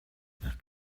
nach